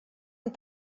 amb